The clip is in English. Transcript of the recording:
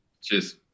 Cheers